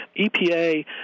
EPA